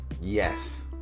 Yes